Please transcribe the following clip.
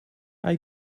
hij